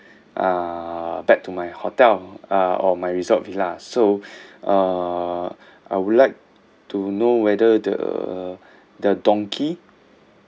uh back to my hotel uh or my resort villa so uh I would like to know whether the the donkey